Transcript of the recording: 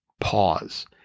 pause